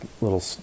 little